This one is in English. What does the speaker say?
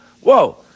Whoa